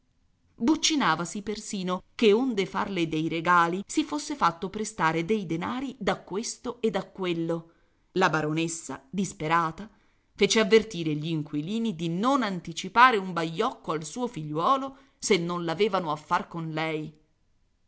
pazzia buccinavasi persino che onde farle dei regali si fosse fatto prestare dei denari da questo e da quello la baronessa disperata fece avvertire gli inquilini di non anticipare un baiocco al suo figliuolo se no l'avevano a far con lei